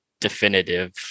definitive